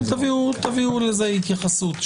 תביאו התייחסות לזה.